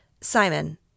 Simon